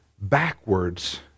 backwards